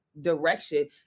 direction